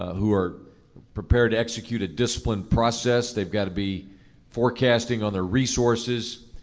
who are prepared to execute a disciplined process. they've got to be forecasting on their resources.